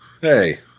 Hey